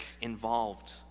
involved